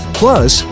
plus